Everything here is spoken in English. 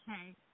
okay